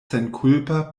senkulpa